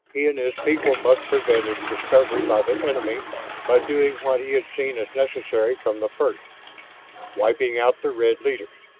he and his people must prevent its discovery by the enemy by doing what he had seen as necessary from the first wiping out the red leaders!